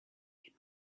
can